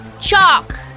Chalk